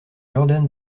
jordan